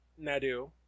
Nadu